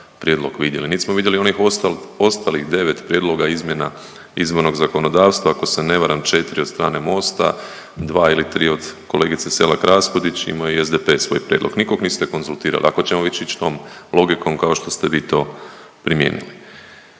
prijedlog vidjeli, nit smo vidjeli onih ostalih devet prijedloga izmjena izbornog zakonodavstva, ako se ne varam četri od strane Mosta, dva ili tri od kolegice SElak Raspudić, imo je i SDP svoj prijedlog, nikog niste konzultirali ako ćemo već ić tom logikom kao što ste vi to primijenili.